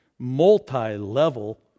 multi-level